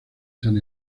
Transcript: san